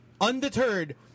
Undeterred